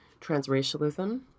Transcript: transracialism